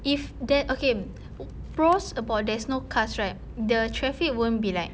if that okay pros about there's no cars right the traffic won't be like